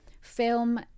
film